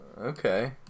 Okay